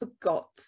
forgot